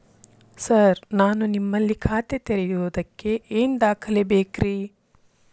Sir ನಾನು ನಿಮ್ಮಲ್ಲಿ ಖಾತೆ ತೆರೆಯುವುದಕ್ಕೆ ಏನ್ ದಾಖಲೆ ಬೇಕ್ರಿ?